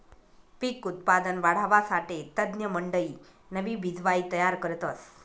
पिक उत्पादन वाढावासाठे तज्ञमंडयी नवी बिजवाई तयार करतस